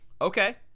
Okay